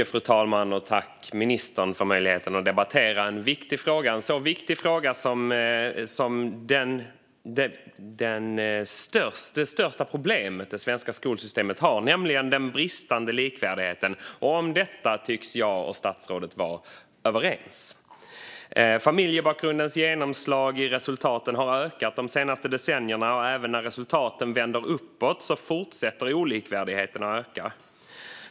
Fru talman! Tack, ministern, för möjligheten att debattera en viktig fråga! Det största problem som det svenska skolsystemet har är den bristande likvärdigheten. Om detta tycks jag och statsrådet vara överens. Familjebakgrundens genomslag i resultaten har ökat de senaste decennierna, och även när resultaten vänder uppåt fortsätter olikvärdigheten att öka.